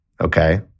Okay